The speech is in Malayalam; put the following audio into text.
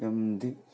ജമന്തി